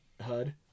HUD